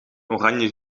oranje